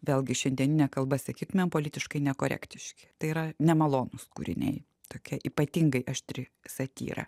vėlgi šiandienine kalba sakytumėm politiškai nekorektiški tai yra nemalonūs kūriniai tokia ypatingai aštri satyra